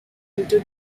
into